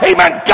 Amen